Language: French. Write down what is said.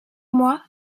mois